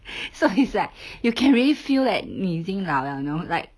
so it's like you can really feel that 你已经老 liao you know like